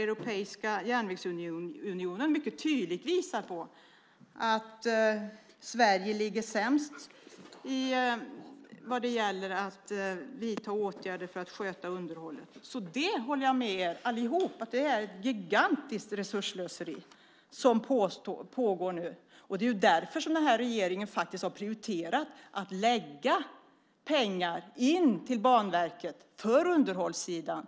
Europeiska järnvägsunionen visar mycket tydligt på att Sverige ligger sämst till när det gäller att vidta åtgärder för att sköta underhållet. Jag kan alltså hålla med er alla om att det är ett gigantiskt resursslöseri som nu pågår. Det är därför som den här regeringen har prioriterat att avsätta pengar till Banverket just på underhållssidan.